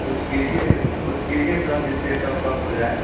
कुछ कीजिए ज कुछ कीजिए सर जिससे सब कम हो जाए